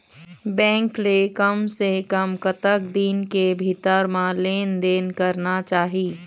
Bank ले कम से कम कतक दिन के भीतर मा लेन देन करना चाही?